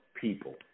people